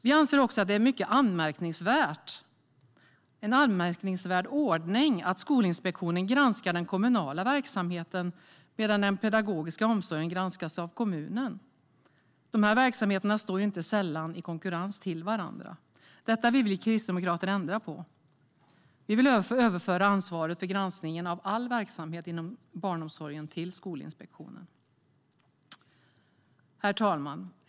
Vi anser också att det är en mycket anmärkningsvärd ordning att Skolinspektionen granskar den kommunala verksamheten, medan den pedagogiska omsorgen granskas av kommunen. Dessa verksamheter står inte sällan i konkurrens till varandra. Detta vill vi kristdemokrater ändra på. Vi vill överföra ansvaret för granskningen av all verksamhet inom barnomsorgen till Skolinspektionen. Herr talman!